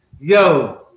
Yo